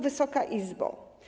Wysoka Izbo!